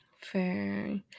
Fair